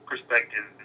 Perspective